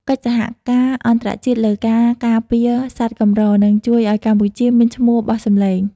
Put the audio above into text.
កិច្ចសហការអន្តរជាតិលើការការពារសត្វកម្រ នឹងជួយឱ្យកម្ពុជាមានឈ្មោះបោះសម្លេង។